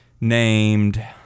named